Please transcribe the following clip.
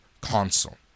console